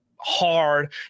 hard